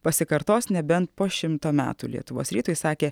pasikartos nebent po šimto metų lietuvos rytui sakė